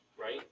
right